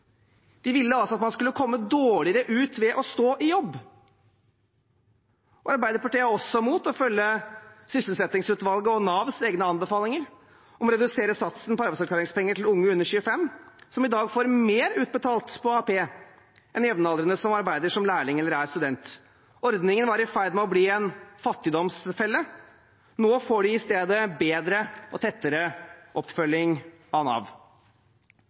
De ville altså at man skulle komme dårligere ut ved å stå i jobb. Arbeiderpartiet er også imot å følge sysselsettingsutvalget og Navs egne anbefalinger om å redusere satsen på arbeidsavklaringspenger for unge under 25 år, som i dag får mer betalt på AAP enn jevnaldrende som arbeider som lærling eller er student. Ordningen var i ferd med å bli en fattigdomsfelle. Nå får de i stedet bedre og tettere oppfølging av Nav.